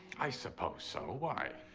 i suppose so. why?